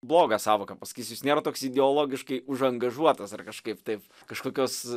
blogą sąvoką pasakysiu jis nėra toks ideologiškai užangažuotas ar kažkaip taip kažkokios